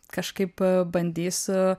kažkaip bandysiu